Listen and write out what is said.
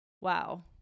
Wow